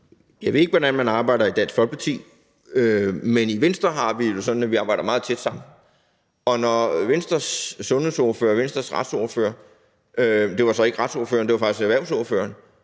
Jeg ved ikke, hvordan man arbejder i Dansk Folkeparti, men i Venstre har vi det sådan, at vi arbejder meget tæt sammen. Og når så Venstres sundhedsordfører og Venstres retsordfører – det var så ikke retsordføreren, det var faktisk erhvervsordføreren